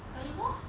anymore